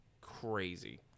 crazy